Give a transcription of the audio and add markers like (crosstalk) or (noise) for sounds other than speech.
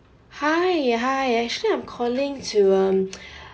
hi hi actually I'm calling to um (noise) (breath)